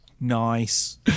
nice